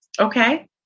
Okay